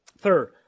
third